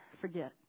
forget